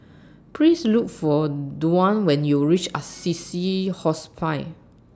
Please Look For Dwane when YOU REACH Assisi Hospice